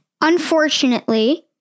Unfortunately